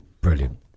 brilliant